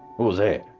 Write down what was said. was that?